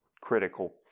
critical